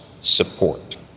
support